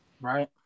right